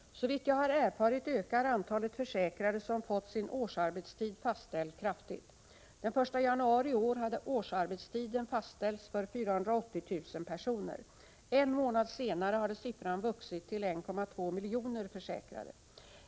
Såvitt jag har erfarit ökar antalet försäkrade som fått sin årsarbetstid fastställd kraftigt. Den 1 januari i år hade årsarbetstiden fastställts för 480 000 personer. En månad senare hade siffran vuxit till 1,2 miljoner försäkrade.